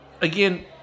again